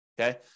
okay